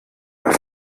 mehr